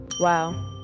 Wow